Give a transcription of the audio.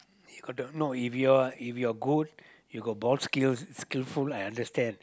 you got the no if your if your ghost you got boss skills skilful I understand